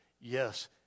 yes